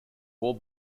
four